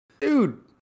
dude